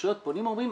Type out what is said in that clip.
רשויות פונים ואומרים,